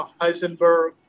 Heisenberg